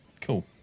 cool